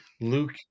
Luke